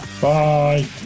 Bye